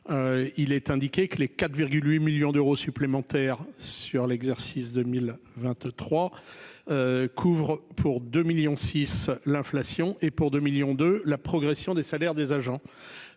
il est indiqué que les 4 8 millions d'euros supplémentaires sur l'exercice 2023 couvre pour deux millions six l'inflation et pour 2 millions de la progression des salaires des agents,